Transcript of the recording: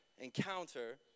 encounter